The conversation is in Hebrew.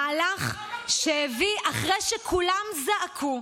זה מהלך שהביא, אחרי שכולם זעקו,